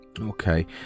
Okay